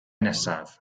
nesaf